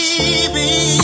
Baby